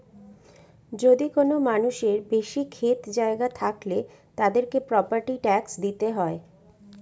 যদি কোনো মানুষের বেশি ক্ষেত জায়গা থাকলে, তাদেরকে প্রপার্টি ট্যাক্স দিতে হয়